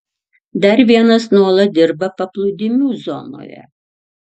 dar vienas nuolat dirba paplūdimių zonoje